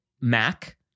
Mac